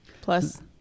Plus